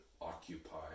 occupy